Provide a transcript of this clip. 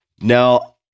Now